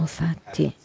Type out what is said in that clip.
fatti